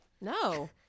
No